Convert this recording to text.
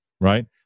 right